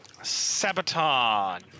Sabaton